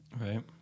Right